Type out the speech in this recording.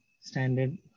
standard